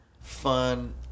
Fun